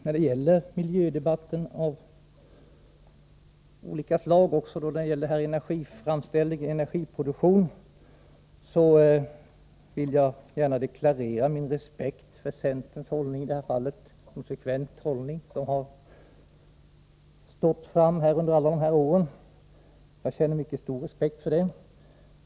När det gäller miljödebatten, också den del som avser energiproduktion, vill jag gärna deklarera min respekt för den konsekventa hållning som centern har intagit under alla år.